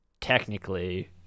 technically